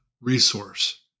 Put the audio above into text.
resource